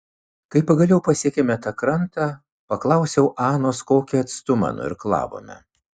kai pagaliau pasiekėme tą krantą paklausiau anos kokį atstumą nuirklavome